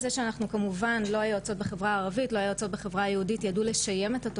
הסקסטורשן למשל זה לא על הסקאלה של פגיעה מינית חמורה.